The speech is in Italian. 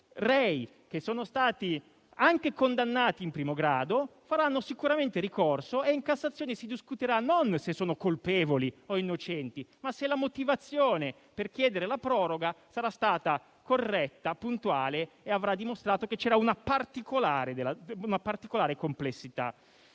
rei, che sono stati anche condannati in primo grado, faranno sicuramente ricorso. E in Cassazione si discuterà non se siano colpevoli o innocenti, ma se la motivazione per chiedere la proroga è stata corretta, puntuale e avrà dimostrato che c'era una particolare complessità.